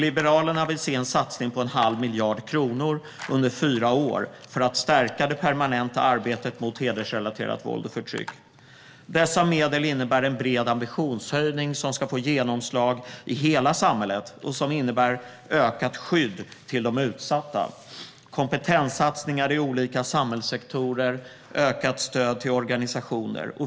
Liberalerna vill se en satsning på en halv miljard kronor under fyra år för att stärka det permanenta arbetet mot hedersrelaterat våld och förtryck. Dessa medel innebär en bred ambitionshöjning som ska få genomslag i hela samhället och som innebär ökat skydd till utsatta, kompetenssatsningar i olika samhällssektorer och ökat stöd till organisationer.